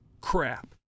Crap